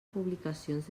publicacions